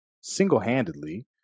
single-handedly